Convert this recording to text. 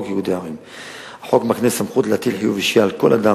2. החוק מקנה סמכות להטיל חיוב אישי על כל אדם